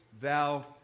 thou